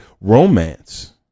romance